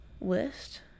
list